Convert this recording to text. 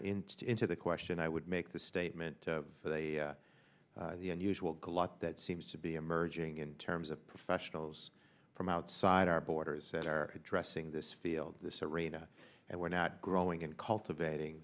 the into the question i would make the statement of the unusual glut that seems to be emerging in terms of professionals from outside our borders that are addressing this field this arena and we're not growing and cultivating